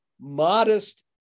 modest